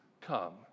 come